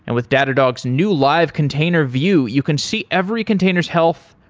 and with datadog's new live container view, you can see every container's health,